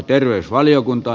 arvoisa puhemies